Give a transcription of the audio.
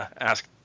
Ask